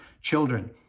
children